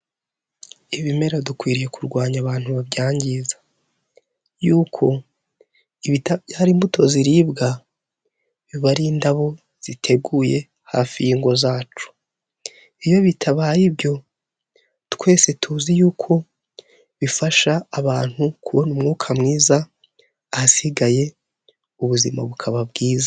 Ibimera dukwiriye kurwanya abantu babyangiza, yuko hari imbuto ziribwa biba ari indabo ziteguye hafigo zacu, iyo bitabaye ibyo twese tuzi yuko bifasha abantu kubona umwuka mwiza ahasigaye ubuzima bukaba bwiza.